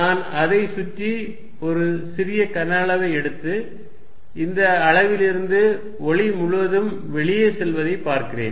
நான் அதைச் சுற்றி ஒரு சிறிய கன அளவை எடுத்து இந்த அளவிலிருந்து ஒளி முழுவதும் வெளியே செல்வதைப் பார்க்கிறேன்